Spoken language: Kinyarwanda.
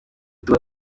tuba